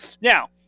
Now